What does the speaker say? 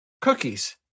Cookies